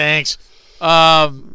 Thanks